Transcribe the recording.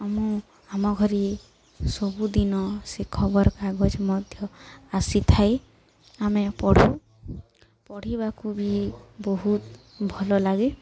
ମୁଁ ଆମ ଘରେ ସବୁଦିନ ସେ ଖବରକାଗଜ ମଧ୍ୟ ଆସିଥାଏ ଆମେ ପଢ଼ୁ ପଢ଼ିବାକୁ ବି ବହୁତ ଭଲ ଲାଗେ